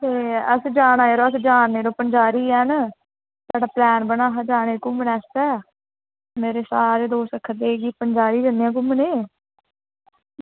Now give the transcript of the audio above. ते असें जाना यरो अआस जा नै इस बारी पंचैरी यरो साढ़े त्यार बने दा हा घुम्मनै आस्तै ते तुस आक्खा दे हे पंचैरी जन्ने आं घुम्मनै आस्तै